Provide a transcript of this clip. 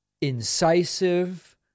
incisive